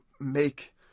make